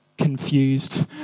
confused